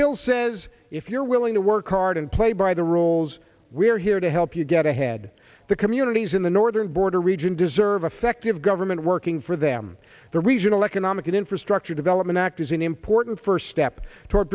bill says if you're willing to work hard and play by the rules we are here to help you get ahead the communities in the northern border region deserve effective government working for them the regional economic infrastructure development act is an important first step t